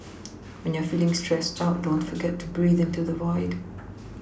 when you are feeling stressed out don't forget to breathe into the void